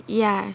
ya